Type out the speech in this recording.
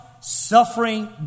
suffering